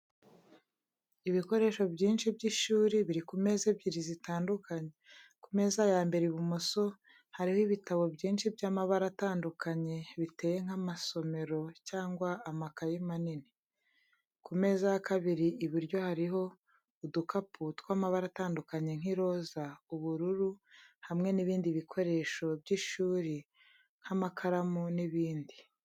Ibikoresho byinshi by’ishuri biri ku meza ebyiri zitandukanye. Ku meza ya mbere ibumoso hariho ibitabo byinshi by’amabara atandukanye, biteye nk’amasomero cyangwa amakaye manini. Ku meza ya kabiri iburyo hariho udukapu tw’amabara atandukanye nk’iroza, ubururu hamwe n’ibindi bikoresho by’ishuri nk'amakaramu n’ibindi.